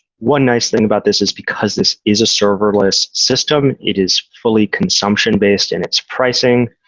one nice thing about this is because this is a serverless system, it is fully consumption-based in its pricing.